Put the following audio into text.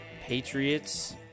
Patriots